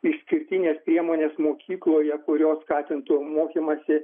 išskirtinės priemonės mokykloje kurios skatintų mokymąsi